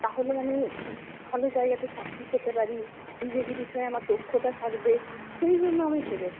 হলে আমি ভালো জায়গাতে চাকরি পেতে পারি ইংরেজি বিষয়ে আমার দক্ষতা থাকবে সেইজন্য আমি ভেবেছি